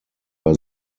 bei